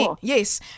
Yes